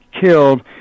killed